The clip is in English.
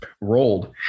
rolled